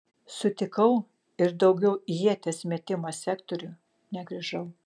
sutikau ir daugiau į ieties metimo sektorių negrįžau